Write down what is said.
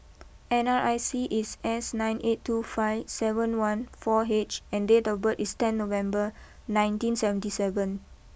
N R I C is S nine eight two five seven one four H and date of birth is ten November nineteen seventy seven